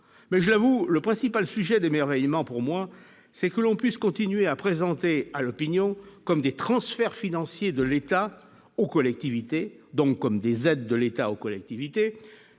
mais je avoue le principal sujet d'émerveillement pour moi, c'est que l'on puisse continuer à présenter à l'opinion comme des transferts financiers de l'État aux collectivités, donc comme des aides de l'État aux collectivités